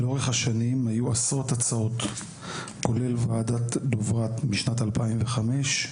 לאורך השנים היו עשרות הצעות כולל ועדת דברת משנת 2005,